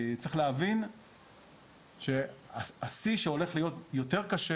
צריך להבין שהשיא שהולך להיות יותר קשה